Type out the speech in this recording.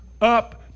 up